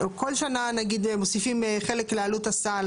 כל שנה מוסיפים חלק לעלות הסל,